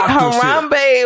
Harambe